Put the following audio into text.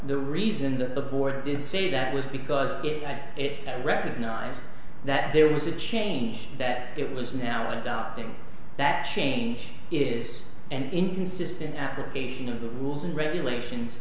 the reason the board is say that was because i recognize that there was a change that it was now and that change is an inconsistent application of the rules and regulations